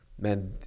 man